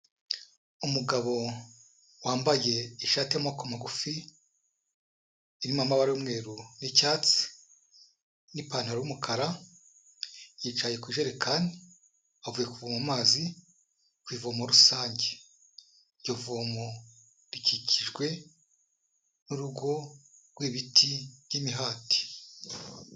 Umugabo wambaye ishati y'amaboko magufi, irimo amabara y'umweru n'icyatsi n'ipantaro y'umukara, yicaye ku ijerekani, avuye kuvoma amazi ku ivomo rusange. Iryo vomo rikikijwe n'urugo rw'ibiti by'imihati.